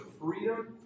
freedom